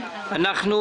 בוקר טוב.